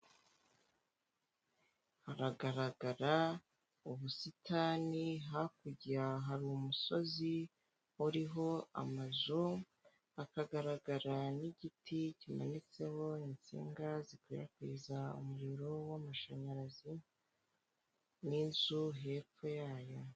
Haragaragara ubusitani, hakurya hari umusozi uriho amazu hakagaragara, n'igiti kimanitseho insinga zikwirakwiza umuriro wamashanyarazi, n'inzu hepfo yayo.